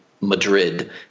Madrid